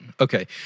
Okay